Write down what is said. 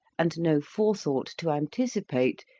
and no forethought to anticipate,